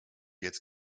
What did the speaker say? jetzt